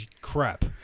crap